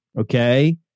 Okay